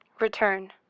Return